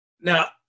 Now